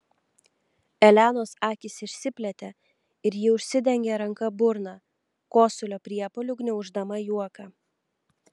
elenos akys išsiplėtė ir ji užsidengė ranka burną kosulio priepuoliu gniauždama juoką